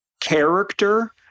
Character